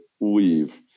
leave